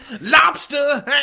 Lobster